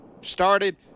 started